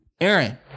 Aaron